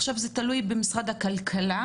עכשיו זה תלוי במשרד הכלכלה,